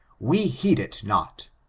we heed it not.